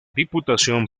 diputación